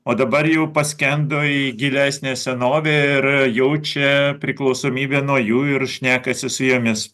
o dabar jau paskendo į gilesnę senovę ir jaučia priklausomybę nuo jų ir šnekasi su jomis